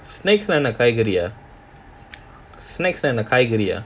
snacks நா என்ன:naa enna snacks ந காய்கறியா:na kaaikariyaa